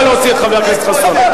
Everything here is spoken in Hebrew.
נא להוציא את חבר הכנסת חסון.